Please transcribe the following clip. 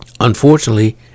Unfortunately